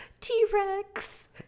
t-rex